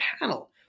panel